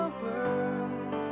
world